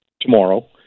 tomorrow